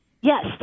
Yes